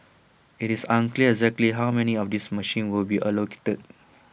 IT is unclear exactly how many of this machines will be allocated